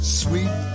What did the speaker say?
sweet